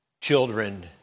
children